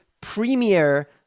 Premier